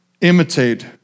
imitate